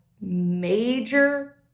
major